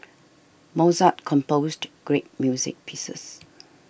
Mozart composed great music pieces